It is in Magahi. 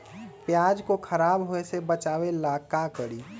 प्याज को खराब होय से बचाव ला का करी?